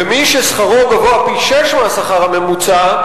ומי ששכרו גבוה פי-שישה מהשכר הממוצע,